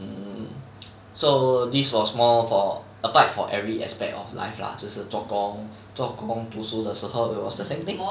mmhmm so this was more for abide for every aspect of life lah 就是做工做工读书的时候 it was the same thing